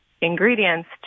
ingredients